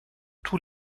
tous